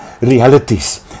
realities